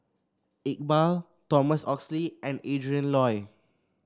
Iqbal Thomas Oxley and Adrin Loi